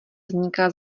vzniká